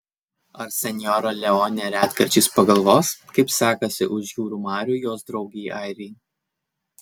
ar sinjora leonė retkarčiais pagalvos kaip sekasi už jūrų marių jos draugei airei